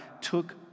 took